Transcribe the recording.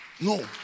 No